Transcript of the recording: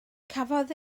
cafodd